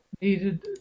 needed